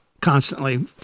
constantly